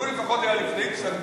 לו לפחות היה לפני פסק-דין.